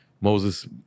Moses